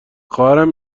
خواهرم